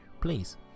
please